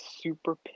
super